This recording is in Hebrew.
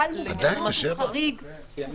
גם